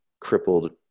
crippled